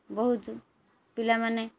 ବହୁତ ପିଲାମାନେ